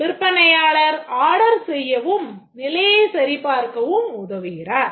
விற்பனையாளர் ஆர்டர் செய்யவும் நிலையை சரிபார்க்கவும் உதவுகிறார்